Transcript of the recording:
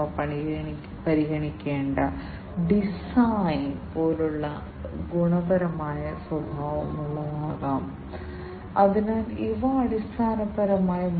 അതിനാൽ ഇതാണ് carbon monoxide sensor തുടർന്ന് നിങ്ങൾക്ക് മീഥേൻ സെൻസർ ഉണ്ട് ഇതാണ് മീഥെയ്ൻ സെൻസർ നിങ്ങൾക്ക് ഇവിടെ കാണാൻ കഴിയും